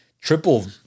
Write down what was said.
triple